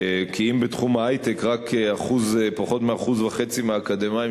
כי אם בתחום ההיי-טק פחות מ-1.5% מהאקדמאים